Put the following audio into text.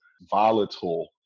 volatile